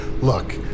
Look